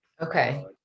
Okay